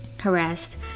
harassed